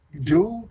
Dude